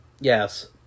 Yes